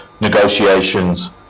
negotiations